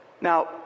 Now